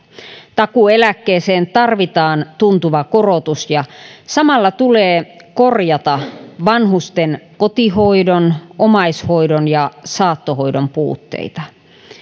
takuueläkkeeseen tarvitaan tuntuva korotus ja samalla tulee korjata vanhusten kotihoidon omaishoidon ja saattohoidon puutteita